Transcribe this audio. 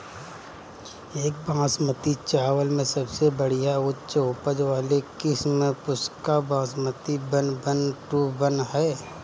एक बासमती चावल में सबसे बढ़िया उच्च उपज वाली किस्म Pusa basmati one one two one ह?